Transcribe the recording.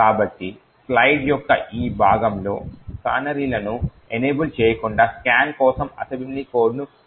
కాబట్టి స్లైడ్ యొక్క ఈ భాగంలో కానరీలను ఎనేబుల్ చేయకుండా scan కోసం అసెంబ్లీ కోడ్ను చూపిస్తుంది